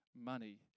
Money